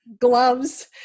Gloves